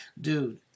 dude